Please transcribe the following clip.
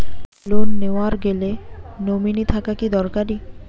Loan নেওয়ার গেলে nominee থাকা কি দরকারী?